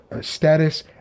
status